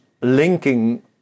linking